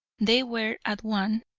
they were at one,